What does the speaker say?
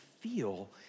feel